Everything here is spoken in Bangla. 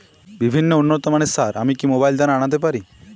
বিভিন্ন উন্নতমানের সার আমি কি মোবাইল দ্বারা আনাতে পারি?